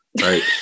right